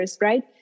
right